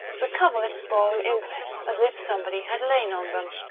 the coverlets bore an impress as if somebody had lain on them.